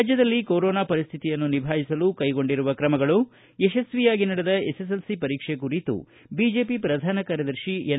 ರಾಜ್ನದಲ್ಲಿ corona ಪರಿಶ್ವಿತಿಯನ್ನು ನಿಭಾಯಿಸಲು ಕೈಗೊಂಡಿರುವ ಕ್ರಮಗಳು ಯಶಸ್ವಿಯಾಗಿ ನಡೆದ ಎಸ್ಎಸ್ಎಲ್ಸಿ ಪರೀಕ್ಷೆ ಕುರಿತು ಬಿಜೆಪಿ ಪ್ರಧಾನ ಕಾರ್ಯದರ್ಶಿ ಎನ್